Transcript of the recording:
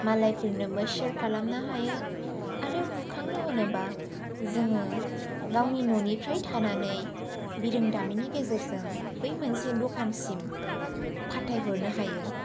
मालायफोरनोबो शेर खालामनो हायो आरो बुखांनो होनोबा जोङो गावनि न'निफ्राय थानानै बिरोंदामिननि गेजेरजों बै मोनसे दखानसिम फाथायहरनो हायो